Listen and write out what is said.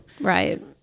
Right